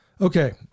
Okay